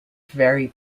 very